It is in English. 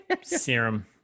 serum